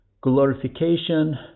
glorification